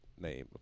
name